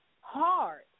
Hard